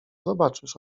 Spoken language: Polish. zobaczysz